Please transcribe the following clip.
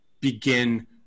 begin